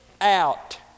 out